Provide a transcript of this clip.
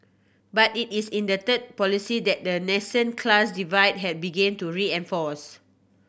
but it is in the third policy that a nascent class divide had begun to reinforce